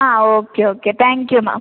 ആ okay okay thank you ma'am